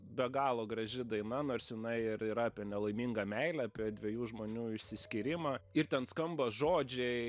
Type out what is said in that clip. be galo graži daina nors jinai ir yra apie nelaimingą meilę apie dviejų žmonių išsiskyrimą ir ten skamba žodžiai